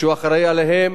שהוא ממונה עליהם.